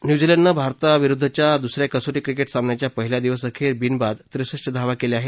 न्यूझीलंडनं भारताविरुद्धच्या दुसऱ्या कसोटी क्रिकेट सामन्याच्या पहिल्या दिवस अखेर बिनबाद त्रेसष्ट धावा केल्या आहेत